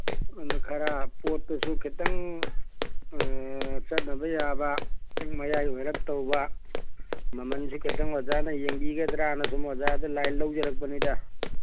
ꯑꯗꯨ ꯈꯔ ꯄꯣꯠꯇꯨꯁꯨ ꯈꯤꯇꯪ ꯆꯠꯅꯕ ꯌꯥꯕ ꯈꯤꯇꯪ ꯃꯌꯥꯏ ꯑꯣꯏꯔꯞ ꯇꯧꯕ ꯃꯃꯟꯁꯤ ꯈꯤꯇꯪ ꯑꯣꯖꯥꯅ ꯌꯦꯡꯕꯤꯒꯗ꯭ꯔꯥꯅ ꯁꯨꯝ ꯑꯣꯖꯥꯗ ꯂꯥꯏꯟ ꯂꯧꯖꯔꯛꯄꯅꯤꯗ